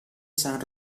san